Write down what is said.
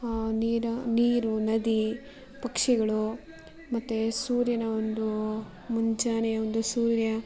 ನೀರು ನೀರು ನದಿ ಪಕ್ಷಿಗಳು ಮತ್ತು ಸೂರ್ಯನ ಒಂದು ಮುಂಜಾನೆಯ ಒಂದು ಸೂರ್ಯ